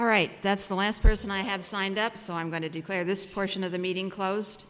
right that's the last person i had signed up so i'm going to declare this portion of the meeting close